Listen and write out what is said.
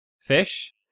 fish